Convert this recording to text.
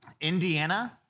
Indiana